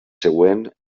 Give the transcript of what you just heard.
següent